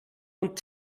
und